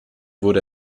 wurde